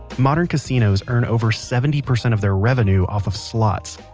modern casinos earn over seventy percent of their revenue off of slots.